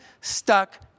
stuck